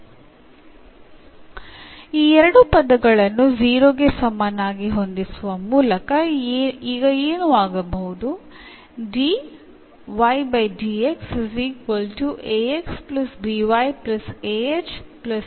അതിനാൽ ഈ രണ്ട് പദങ്ങളും 0 ന് തുല്യമായി ക്രമീകരിക്കുന്നതിലൂടെ ഇപ്പോൾ എന്ത് സംഭവിക്കും